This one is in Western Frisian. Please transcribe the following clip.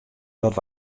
dat